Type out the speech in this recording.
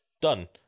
Done